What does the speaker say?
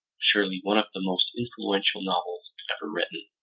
surely one of the most influential novels ever written,